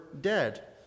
dead